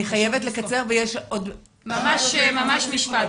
חייבת לקצר ויש עוד --- ממש משפט.